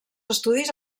estudis